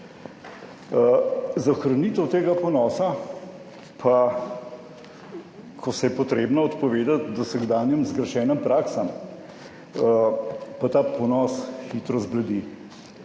Za ohranitev tega ponosa pa, ko se je potrebno odpovedati dosedanjim zgrešenim praksam, pa ta ponos hitro zbledi.